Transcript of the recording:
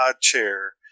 chair